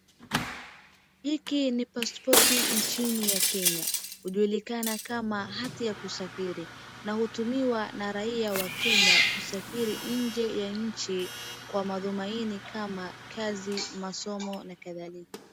Hiki ni pasipoti nchini ya Kenya. Hujulikana kama hati ya kusafiri na hutumiwa na raia wa Kenya Kusafiri nje ya nchi kwa madhumuni kama kazi masomo na kadhalika.